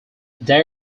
day